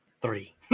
Three